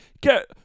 get